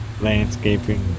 landscaping